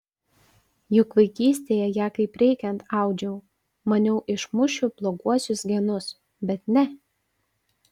juk vaikystėje ją kaip reikiant audžiau maniau išmušiu bloguosius genus bet ne